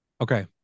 Okay